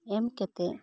ᱮᱢ ᱠᱟᱛᱮᱫ